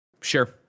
Sure